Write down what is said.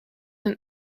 een